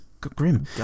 Grim